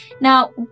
Now